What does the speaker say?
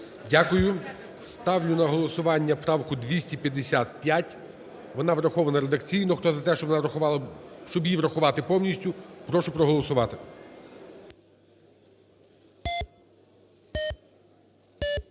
Дякую. Ставлю на голосування правку 255, вона врахована редакційно. Хто за те, щоб її врахувати повністю, прошу проголосувати.